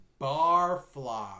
barfly